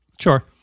Sure